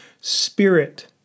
spirit